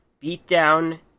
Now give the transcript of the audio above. Beatdown